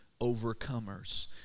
overcomers